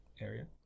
area